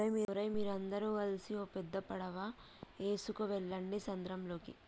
ఓరై మీరందరు గలిసి ఓ పెద్ద పడవ ఎసుకువెళ్ళండి సంద్రంలోకి